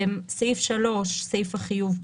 סעיף 3 סעיף החיוב במס,